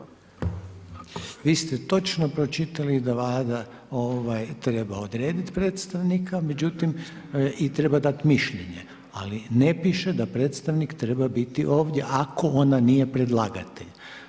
Vi ste točno pročitali da Vlada treba odrediti predstavnika međutim i treba dati mišljenje, ali ne piše da predstavnik treba biti ovdje ako ona nije predlagatelj.